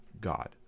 God